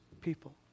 people